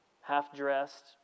half-dressed